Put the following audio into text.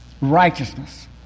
righteousness